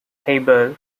haber